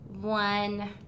one